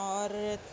اور